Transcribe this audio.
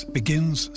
begins